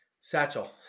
Satchel